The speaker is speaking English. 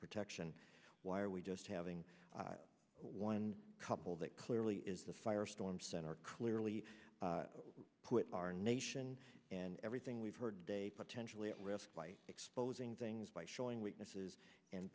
protection why are we just having one couple that clearly is the fire storm center clearly put our nation and everything we've heard a potentially at risk by exposing things by showing weaknesses and